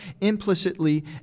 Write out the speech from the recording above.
implicitly